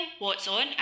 whatson